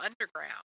Underground